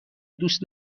دوست